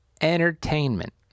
Entertainment